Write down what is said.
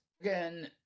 again